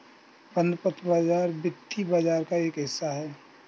बंधपत्र बाज़ार वित्तीय बाज़ार का एक हिस्सा है